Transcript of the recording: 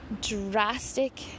drastic